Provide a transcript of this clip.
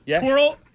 twirl